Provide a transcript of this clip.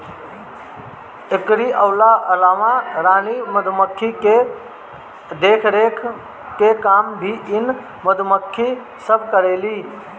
एकरी अलावा रानी मधुमक्खी के देखरेख के काम भी इ मधुमक्खी सब करेली